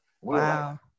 Wow